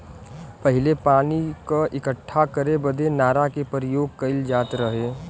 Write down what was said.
पहिले पानी क इक्कठा करे बदे नारा के परियोग कईल जात रहे